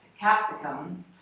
capsicum